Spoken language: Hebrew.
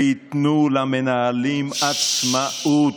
וייתנו למנהלים עצמאות.